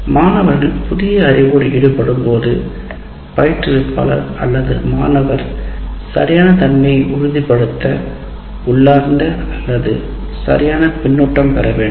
மாணவர்கள் புதிய அறிவோடு ஈடுபடும்போது பயிற்றுவிப்பாளர் அல்லது மாணவர் சரியான தன்மையை உறுதிப்படுத்த உள்ளார்ந்த அல்லது சரியான கருத்துக்களைப் பெற வேண்டும்